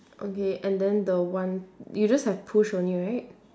okay and then the one you just have push only right